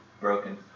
broken